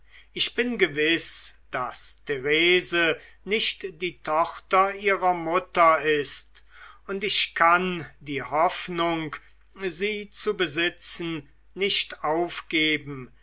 ich bin gewiß daß therese nicht die tochter ihrer mutter ist und ich kann die hoffnung sie zu besitzen nicht aufgeben